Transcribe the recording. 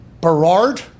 Berard